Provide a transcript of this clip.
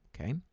Okay